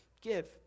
give